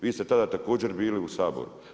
Vi ste tada također bili u Saboru.